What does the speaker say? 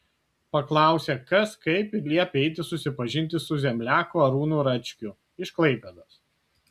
paklausė kas kaip ir liepė eiti susipažinti su zemliaku arūnu račkiu iš klaipėdos